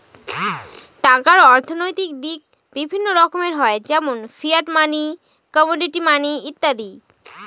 টাকার অর্থনৈতিক দিক বিভিন্ন রকমের হয় যেমন ফিয়াট মানি, কমোডিটি মানি ইত্যাদি